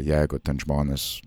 jeigu ten žmonės